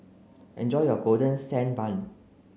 enjoy your golden sand bun